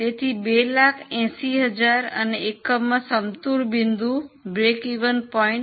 તેથી 280000 અને એકમમાં સમતૂર બિંદુ 9333